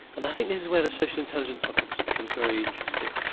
and i think this is where the social intelligence hypothesis becomes very interesting.